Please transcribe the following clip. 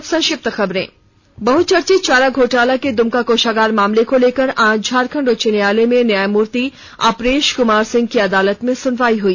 अब सक्षिप्त खबरें बहुचर्चित चारा घोटाला के दुमका कोषागार मामले को लेकर आज झारखंड उच्च न्यायालय में न्यायमूर्ति अपरेश कुमार सिंह की अदालत में सुनवाई हुई